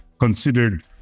considered